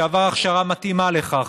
שעבר הכשרה מתאימה לכך.